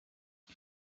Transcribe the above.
can